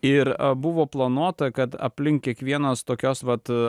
ir buvo planuota kad aplink kiekvienos tokios vat